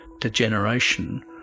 degeneration